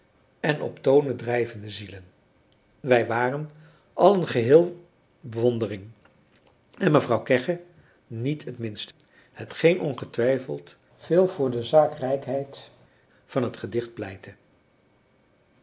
en op tonen drijvende zielen wij waren allen geheel bewondering en mevrouw kegge niet het minst hetgeen ongetwijfeld veel voor de zaakrijkheid van het gedicht pleitte